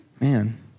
Man